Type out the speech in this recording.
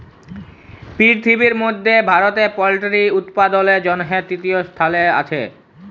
পিরথিবির মধ্যে ভারতে পল্ট্রি উপাদালের জনহে তৃতীয় স্থালে আসে